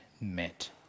met